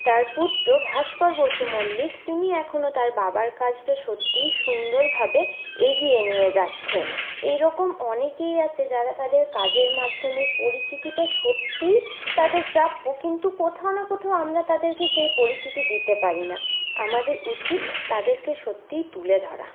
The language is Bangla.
তার পুত্র ভাস্কর বসু মল্লিক তিনি এখনও তার বাবার কাজটা সত্যিই সুন্দরভাবে এগিয়ে নিয়ে যাচ্ছেন এরকম অনেকেই আছে যারা তাদের কাজের মাধ্যমে পরিচিতিটা সত্যি তাদের প্রাপ্য কিন্তু কোথাও না কোথাও আমরা তাদেরকে সেই পরিচিতি দিতে পারি না আমাদের উচিত তাদেরকে সত্যি তুলে ধরা